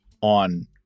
on